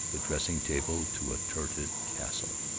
the dressing-table to a turreted castle.